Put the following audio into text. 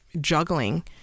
juggling